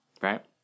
Right